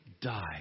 die